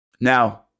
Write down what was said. Now